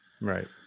Right